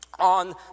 On